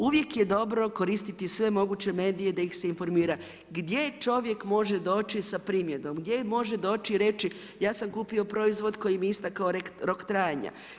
Uvijek je dobro koristiti sve moguće medije da ih se informira, gdje čovjek može doći sa primjedbom, gdje može doći i reći, ja sam kupio proizvod kojim je istekao rok trajanja?